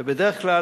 ובדרך כלל,